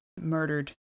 murdered